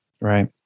Right